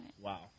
Wow